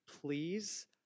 please